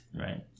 Right